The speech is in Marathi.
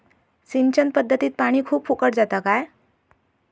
सिंचन पध्दतीत पानी खूप फुकट जाता काय?